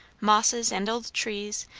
mosses, and old trees,